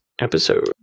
episode